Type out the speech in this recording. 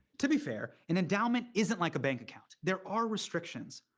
to be fair, an endowment isn't like a bank account. there are restrictions.